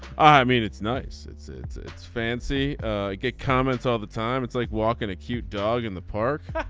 i mean it's nice. it's it's it's fancy get comments all the time. it's like walking a cute dog in the park.